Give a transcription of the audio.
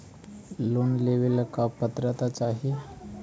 Loan लेवेला का पात्रता चाही?